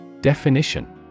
Definition